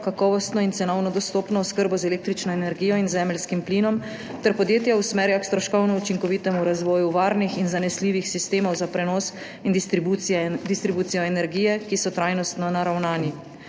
kakovostno in cenovno dostopno oskrbo z električno energijo in zemeljskim plinom ter podjetja usmerja k stroškovno učinkovitemu razvoju varnih in zanesljivih sistemov za prenos in distribucijo energije, ki so trajnostno naravnani.